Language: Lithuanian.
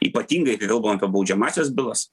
ypatingai kai kalbam apie baudžiamąsias bylas